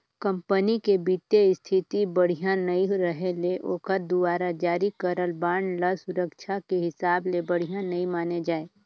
company के बित्तीय इस्थिति बड़िहा नइ रहें ले ओखर दुवारा जारी करल बांड ल सुरक्छा के हिसाब ले बढ़िया नइ माने जाए